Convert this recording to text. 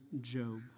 Job